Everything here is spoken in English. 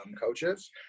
coaches